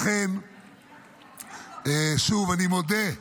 הוראת שעה.